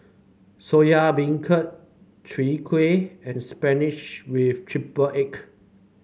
Soya Beancurd Chai Kuih and spinach with triple egg